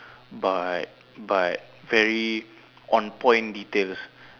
but but very on point details